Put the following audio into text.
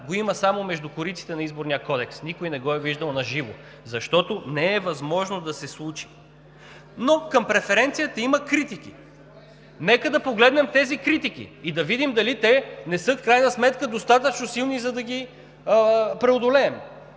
го има само между кориците на Изборния кодекс, никой не го е виждал на живо, защото не е възможно да се случи. Но към преференциите има критики. Нека да погледнем тези критики и да видим дали те не са в крайна сметка достатъчно силни, за да ги преодолеем.